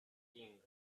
king